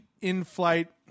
in-flight